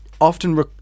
often